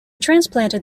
transplanted